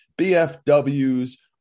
BFW's